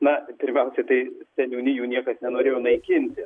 na pirmiausia tai seniūnijų niekas nerorėjo naikinti